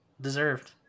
deserved